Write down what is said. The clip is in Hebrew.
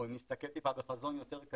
או אם נסתכל טיפה בחזון יותר קדימה,